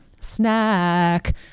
Snack